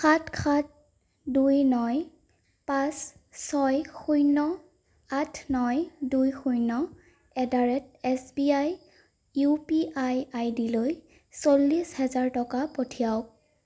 সাত সাত দুই ন পাঁচ ছয় শূন্য আঠ ন দুই শূন্য at the rate S B I U P I আই ডিলৈ চল্লিছ হাজাৰ টকা পঠিৱাওক